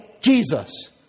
Jesus